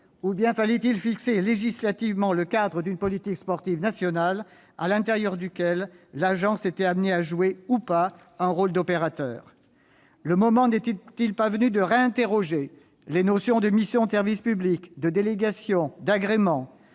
Ou bien fallait-il fixer législativement le cadre d'une politique sportive nationale, à l'intérieur duquel l'Agence serait appelée à jouer, ou non, un rôle d'opérateur ? Le moment n'était-il pas venu de réinterroger les notions de missions de service public, de délégation ou encore d'agrément,